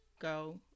go